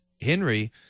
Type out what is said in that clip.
Henry